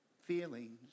feelings